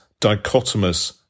dichotomous